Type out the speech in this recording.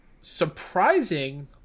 Surprising